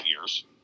years